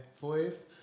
voice